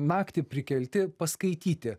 naktį prikelti paskaityti